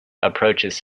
approaches